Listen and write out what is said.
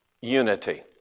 unity